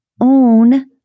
own